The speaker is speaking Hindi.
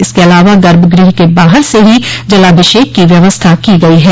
इसके अलावा गर्भगृह के बाहर से ही जलाभिषेक की व्यवस्था की गई है